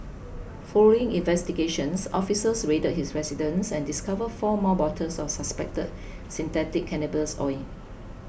following investigations officers raided his residence and discovered four more bottles of suspected synthetic cannabis oil